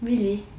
really